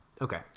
okay